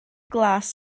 glas